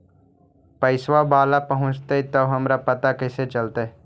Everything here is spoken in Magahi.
पैसा बाला पहूंचतै तौ हमरा कैसे पता चलतै?